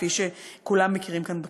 כפי שכולם מכירים כאן בכנסת.